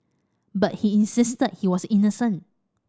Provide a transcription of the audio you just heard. but he insisted he was innocent